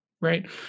Right